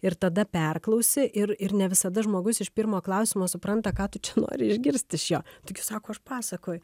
ir tada perklausi ir ir ne visada žmogus iš pirmo klausimo supranta ką tu čia nori išgirst iš jo taigi sako aš pasakoju